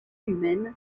humaine